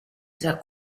tra